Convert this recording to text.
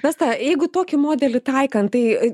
vesta jeigu tokį modelį taikan tai